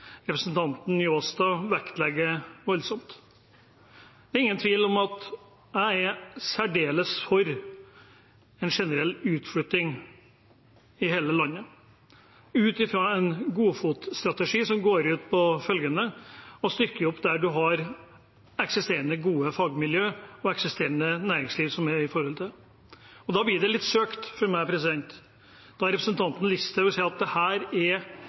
representanten Njåstad vektlegger voldsomt. Det er ingen tvil om at jeg er særdeles for en generell utflytting i hele landet, ut fra en godfotstrategi som går ut på følgende: å stykke opp der en har eksisterende gode fagmiljøer og eksisterende næringsliv i tilknytning til det. Da blir det litt søkt for meg at representanten Listhaug sier at dette er byutvikling og argumenterer for at det er